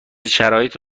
شرایطی